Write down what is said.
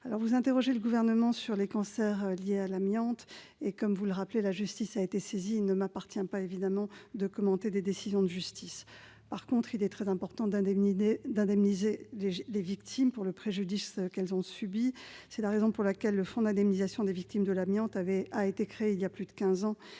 Vous interrogez le Gouvernent sur les cancers liés à l'amiante. Comme vous le rappelez, la justice a été saisie, et il ne m'appartient pas de commenter ses décisions. Il est très important d'indemniser les victimes pour le préjudice qu'elles ont subi. C'est la raison pour laquelle le Fonds d'indemnisation des victimes de l'amiante, le FIVA, a été créé voilà plus de quinze